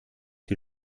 die